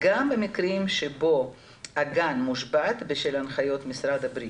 גם במקרים שבהם הגן מושבת בשל הנחיות משרד הבריאות,